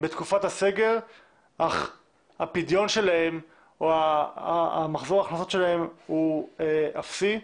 בתקופת הסגר אך מחזור ההכנסות שלהם הוא אפסי,